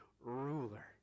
ruler